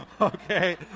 okay